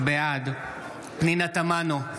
בעד פנינה תמנו,